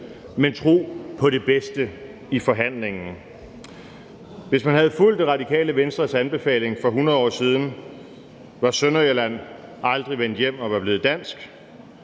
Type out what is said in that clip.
men tro på det bedste i forhandlingen. Hvis man havde fulgt Radikale Venstres anbefaling for 100 år siden, var Sønderjylland aldrig vendt hjem og var blevet dansk.